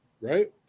right